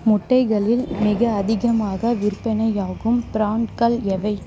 முட்டைகளில் மிக அதிகமாக விற்பனையாகும் பிராண்டுகள் எவை